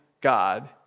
God